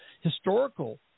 historical